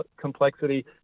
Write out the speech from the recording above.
complexity